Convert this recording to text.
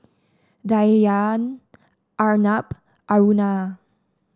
Dhyan Arnab Aruna